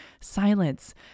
Silence